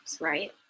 right